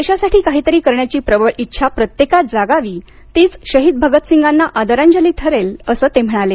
देशासाठी काहीतरी करण्याची प्रबळ इच्छा प्रत्येकात जागावी तीच शहीद भगतसिंगांना आदरांजली ठरेल असं ते म्हणाले